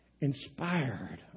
inspired